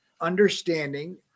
understanding